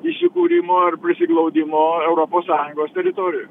įsikūrimo ar prisiglaudimo europos sąjungos teritorijoj